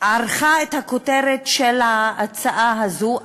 ערכה את הכותרת של ההצעה הזו.